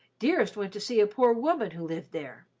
dearest went to see a poor woman who lived there.